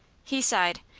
he sighed,